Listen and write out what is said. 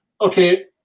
okay